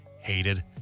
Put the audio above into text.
hated